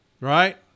right